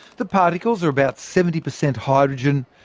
the particles are about seventy per cent hydrogen,